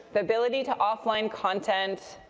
the ability to offline content